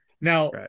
Now